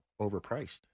overpriced